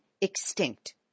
extinct